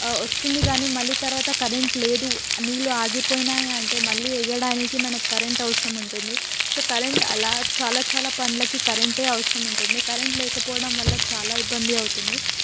వస్తుంది కానీ మళ్ళీ తర్వాత కరెంటు లేదు నీళ్లు ఆగిపోయినై అంటే మళ్ళీ వెయ్యడానికి మనకి కరెంటు అవసరం ఉంటుంది సో కరెంటు అలా చాలా చాలా పనులకి కరెంటే అవసరం ఉంటుంది కరెంటు లేకపోవడం వల్ల చాలా ఇబ్బంది అవుతుంది